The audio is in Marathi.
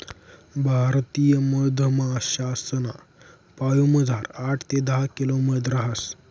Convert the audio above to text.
भारतीय मधमाशासना पोयामझार आठ ते दहा किलो मध रहास